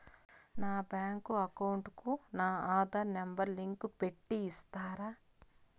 నా bank account కు నా ఆధార్ నెంబర్ లింకు పెట్టి ఇస్తారా?